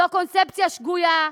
זו קונספציה שגויה.